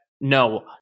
no